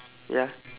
ya